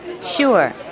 Sure